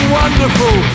wonderful